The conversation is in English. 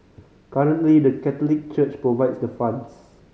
currently the Catholic Church provides the funds